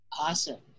Awesome